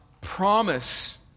promise